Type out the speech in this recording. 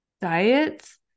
diets